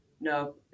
No